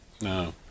no